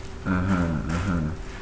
(uh huh) (uh huh)